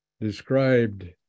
described